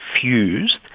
fused